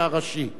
אדוני היושב-ראש,